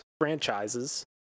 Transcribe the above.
franchises